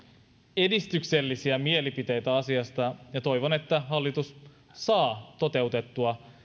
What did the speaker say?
edistyksellisiä mielipiteitä asiasta ja toivon että hallitus saa toteutettua